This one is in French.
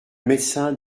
médecin